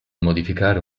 modificare